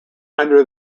under